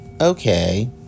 okay